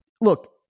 look